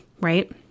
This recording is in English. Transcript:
right